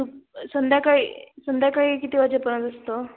दु संध्याकाळी संध्याकाळी किती वाजेपर्यंत असतं